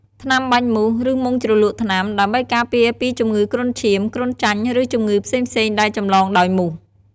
ថ្នាំបាញ់មូស ឬមុងជ្រលក់ថ្នាំ ដើម្បីការពារពីជំងឺគ្រុនឈាម គ្រុនចាញ់ ឬជំងឺផ្សេងៗដែលចម្លងដោយមូស។